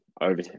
over